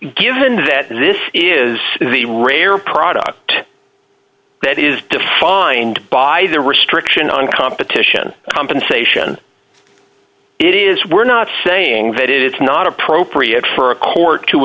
given that this is the rare product that is defined by the restriction on competition compensation it is we're not saying that it's not appropriate for a court to